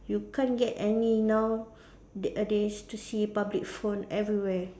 you can't get any nowadays to see public phone everywhere